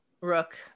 Rook